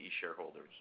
shareholders